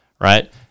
right